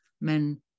Men